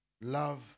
love